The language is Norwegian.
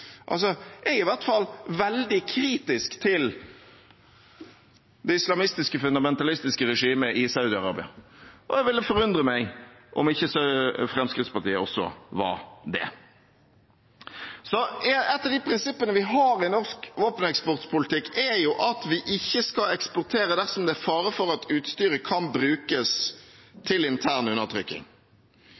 Jeg er i hvert fall veldig kritisk til det islamistiske og fundamentalistiske regimet i Saudi-Arabia, og det ville forundre meg om ikke Fremskrittspartiet også var det. Et av prinsippene vi har i norsk våpeneksportpolitikk, er at vi ikke skal eksportere utstyr dersom det er fare for at det kan brukes til intern undertrykking.